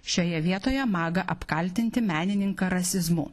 šioje vietoje maga apkaltinti menininką rasizmu